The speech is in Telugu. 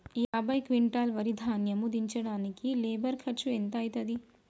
యాభై క్వింటాల్ వరి ధాన్యము దించడానికి లేబర్ ఖర్చు ఎంత అయితది?